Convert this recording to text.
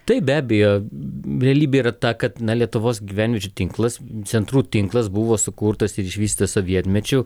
taip be abejo realybė yra ta kad lietuvos gyvenviečių tinklas centrų tinklas buvo sukurtas ir išvystytas sovietmečiu